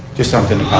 just something